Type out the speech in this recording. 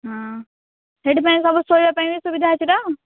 ହଁ ସେଇଠି ପାଇଁ ସବୁ ଶୋଇବା ପାଇଁ ବି ସୁବିଧା ଅଛି ତ